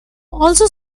also